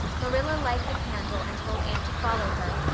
marilla lighted a candle and told anne to follow her,